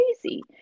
crazy